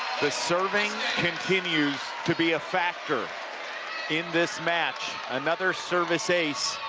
the serving continues to be a factor in this match. another service ace